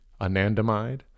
anandamide